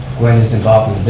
gwen is involved